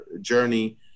journey